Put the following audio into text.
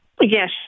Yes